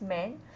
man